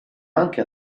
anche